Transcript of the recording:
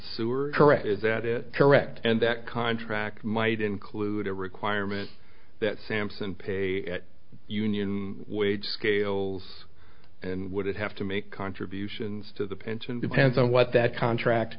are correct that is correct and that contract might include a requirement that sampson pay a union wage scales and would have to make contributions to the pension depends on what that contract